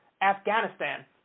Afghanistan